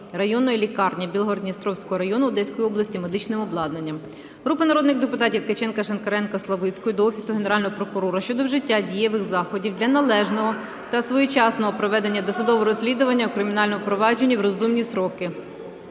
районної лікарні Білгород-Дністровського району Одеської області медичним обладнанням. Групи народних депутатів (Ткаченка, Шинкаренка, Славицької) до Офісу Генерального прокурора щодо вжиття дієвих заходів для належного та своєчасного проведення досудового розслідування у кримінальному провадженні в розумні строки.